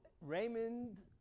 Raymond